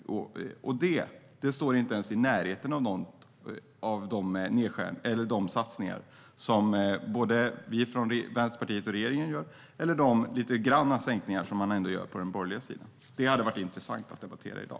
Det är inte i närheten av de satsningar som vi från Vänsterpartiet och regeringen gör eller de sänkningar som man ändå gör från den borgerliga sidan. Det hade varit intressant att debattera i dag.